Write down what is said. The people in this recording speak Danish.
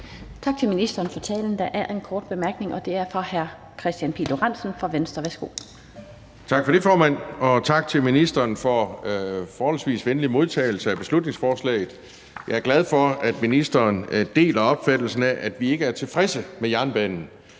Tak til ministeren for talen. Der er en kort bemærkning fra hr. Kristian Pihl Lorentzen fra Venstre. Værsgo. Kl. 11:31 Kristian Pihl Lorentzen (V): Tak for det, formand. Og tak til ministeren for en forholdsvis venlig modtagelse af beslutningsforslaget. Jeg er glad for, at ministeren deler opfattelsen af, at vi ikke er tilfredse med jernbanen.